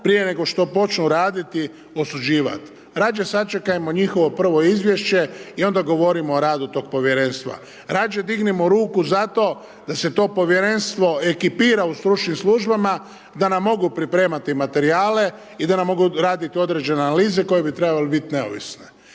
prije nego što počnu raditi osuđivati. Rađe sačekajmo njihovo prvo izvješće i onda govorimo o radu tog Povjerenstva. Rađe dignimo ruku za to da se to Povjerenstvo ekipira u stručnim službama da nam mogu pripremati materijale i da nam mogu raditi određene analize koje bi trebale biti neovisne.